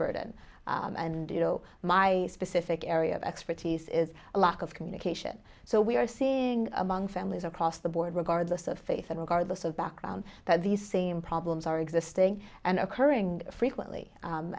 burden and you know my specific area of expertise is a lack of communication so we are seeing among families across the board regardless of faith and regardless of background that these same problems are existing and occurring frequently